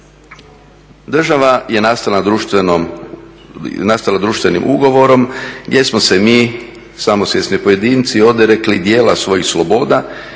Država je nastala društvenim ugovorom gdje smo se mi, samosvjesni pojedinci odrekli dijela svojih sloboda